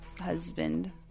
Husband